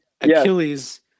Achilles